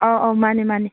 ꯑꯧ ꯑꯧ ꯃꯥꯅꯦ ꯃꯥꯅꯦ